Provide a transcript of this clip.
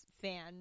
fan